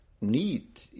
need